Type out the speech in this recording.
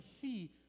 see